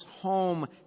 home